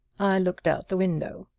i looked out the window.